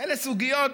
אלה סוגיות,